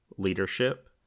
leadership